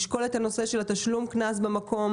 לשקול את הנושא של תשלום קנס במקום,